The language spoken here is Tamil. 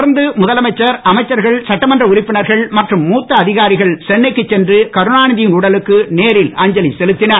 தொடர்ந்து முதலமைச்சர் அமைச்சர்கள் சட்டமன்ற உறுப்பினர்கள் மற்றும் மூத்த அதிகாரிகள் சென்னை சென்று கருணாநிதியின் உடலுக்கு நேரில் அஞ்சலி செலுத்தினர்